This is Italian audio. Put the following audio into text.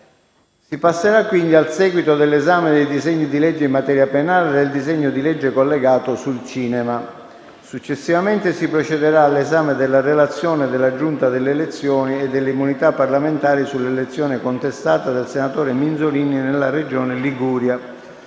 Si passerà, quindi, al seguito dell'esame dei disegni di legge in materia penale e del disegno di legge collegato sul cinema. Successivamente, si procederà all'esame della relazione della Giunta delle elezioni e delle immunità parlamentari sull'elezione contestata del senatore Minzolini nella Regione Liguria.